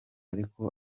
ariko